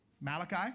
Malachi